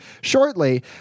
shortly